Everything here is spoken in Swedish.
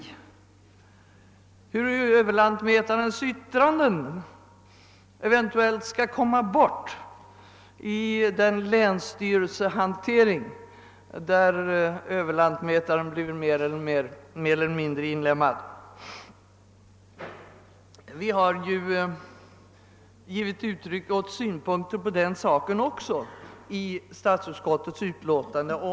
Kommer överlantmätarnas yttranden eventuellt att komma bort i den länsstyre!sehantering där överlantmätarna blir mer eller mindre inlemmade? Utskottet har i sitt utlåtande givit uttryck åt synpunkter även härpå.